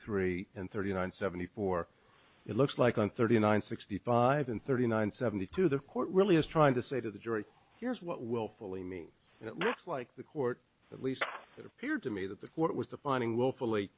three and thirty nine seventy four it looks like on thirty nine sixty five and thirty nine seventy two the court really is trying to say to the jury here's what willfully means and it looks like the court at least it appeared to me that the court was defining willfully